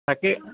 তাকে